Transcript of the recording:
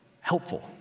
helpful